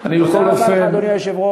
תודה רבה לך, אדוני היושב-ראש.